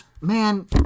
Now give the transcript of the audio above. man